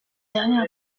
dernière